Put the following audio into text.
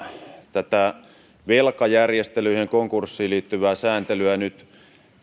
tätä velkajärjestelyihin ja konkurssiin liittyvää sääntelyä nyt